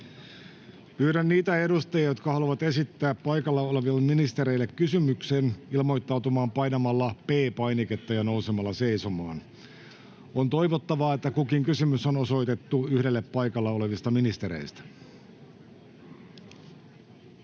Pyydän niitä edustajia, jotka haluavat esittää paikalla oleville ministereille kysymyksen, ilmoittautumaan painamalla P-painiketta ja nousemalla seisomaan. On toivottavaa, että kukin kysymys on osoitettu yhdelle paikalla olevista ministereistä.